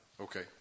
Okay